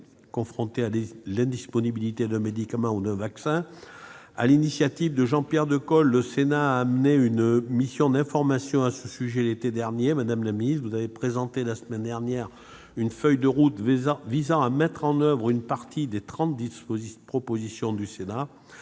confronté à l'indisponibilité d'un médicament ou d'un vaccin. Sur l'initiative de Jean-Pierre Decool, le Sénat a mené une mission d'information à ce sujet l'été dernier. Madame la ministre, vous avez présenté la semaine dernière une feuille de route visant à mettre en oeuvre une partie des 30 propositions du